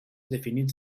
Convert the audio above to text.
definits